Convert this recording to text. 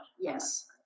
Yes